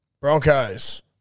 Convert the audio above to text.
Broncos